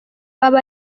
uba